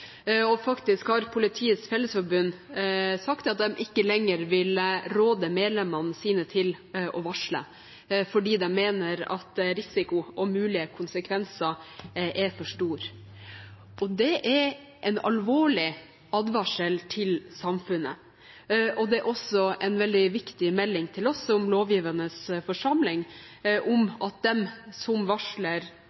stor. Faktisk har Politiets Fellesforbund sagt at de ikke lenger vil råde medlemmene sine til å varsle, fordi de mener at risikoen for mulige konsekvenser er for stor. Det er en alvorlig advarsel til samfunnet. Det er også en veldig viktig melding til oss som lovgivende forsamling om